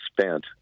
spent